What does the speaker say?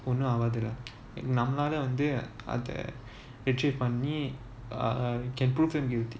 நம்மளால வந்து அத:nammalaala vanthu atha retrieve பண்ணி:panni err can prove them guilty